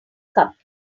cup